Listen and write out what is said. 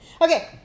okay